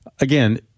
again